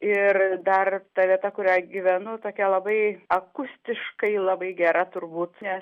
ir dar ta vieta kurioj gyvenu tokia labai akustiškai labai gera turbūt nes